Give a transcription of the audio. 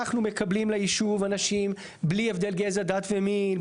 אנחנו מקבלים ליישוב אנשים בלי הבדל גזע, דת ומין.